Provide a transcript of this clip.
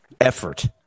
effort